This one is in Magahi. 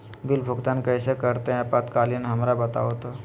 बिल भुगतान कैसे करते हैं आपातकालीन हमरा बताओ तो?